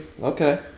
Okay